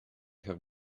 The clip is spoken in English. have